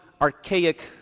archaic